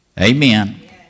Amen